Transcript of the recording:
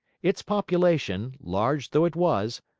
its population, large though it was,